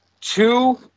two